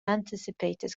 anticipated